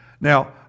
Now